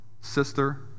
Sister